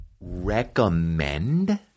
Recommend